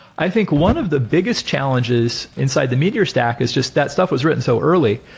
i think one of the biggest challenges inside the meteor stack is just that stuff was written so early.